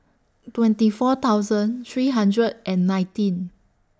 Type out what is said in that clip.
twenty four thousand three hundred and nineteen